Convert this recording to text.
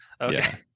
Okay